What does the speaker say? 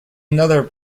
another